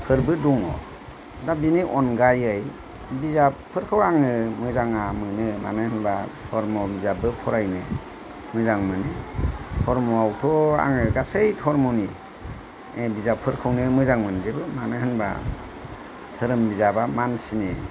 फोरबो दङ दा बिनि अनगायै बिजाबफोरखौ आङो मोजाङा मोनो मानो होनबा धर्म बिजाबबो फरायनो मोजां मोनो धर्मआवथ' आङो गायसै धर्मनि ओह बिजाबफोरखौनो मोजां मोनजोबो मानो होनबा धोरोम बिजाबा मानसिनि